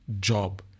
job